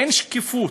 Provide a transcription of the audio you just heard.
אין שקיפות.